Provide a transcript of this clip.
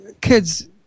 kids